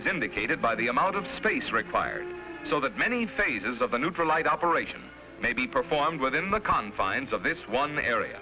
is indicated by the amount of space required so that many phases of the neutralize operation may be performed within the confines of this one area